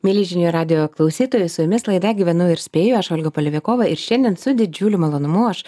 mieli žinių radijo klausytojai su jumis laida gyvenu ir spėju aš olga polevikova ir šiandien su didžiuliu malonumu aš